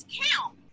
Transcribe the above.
count